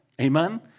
Amen